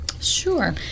Sure